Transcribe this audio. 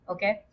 Okay